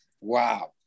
wow